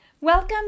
Welcome